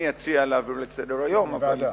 אני אציע להעביר לסדר-היום, לוועדה.